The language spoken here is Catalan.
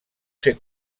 ser